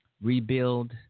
Rebuild